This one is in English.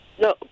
No